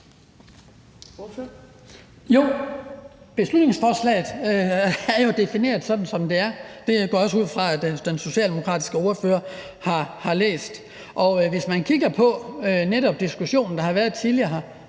beslutningsforslaget er jo defineret sådan, som det er – det går jeg også ud fra den socialdemokratiske ordfører har læst – og hvis man kigger på netop diskussionen, der har været tidligere her,